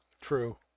True